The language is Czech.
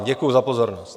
Děkuji za pozornost.